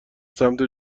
سمت